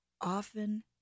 Often